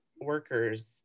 workers